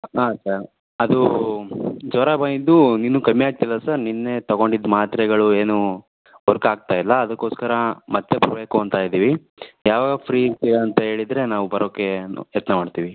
ಹಾಂ ಸರ್ ಅದು ಜ್ವರ ಬಂದಿದ್ದು ಇನ್ನೂ ಕಮ್ಮಿ ಆಗ್ತಿಲ್ಲ ಸರ್ ನಿನ್ನೆ ತೊಗೊಂಡಿದ್ದು ಮಾತ್ರೆಗಳು ಏನೂ ವರ್ಕಾಗ್ತಾಯಿಲ್ಲ ಅದಕ್ಕೋಸ್ಕರ ಮತ್ತೆ ಬರಬೇಕು ಅಂತ ಇದ್ದೀವಿ ಯಾವಾಗ ಫ್ರೀ ಇರ್ತೀರ ಅಂತ ಹೇಳಿದ್ರೆ ನಾವು ಬರೋಕ್ಕೆ ಯತ್ನ ಮಾಡ್ತೀವಿ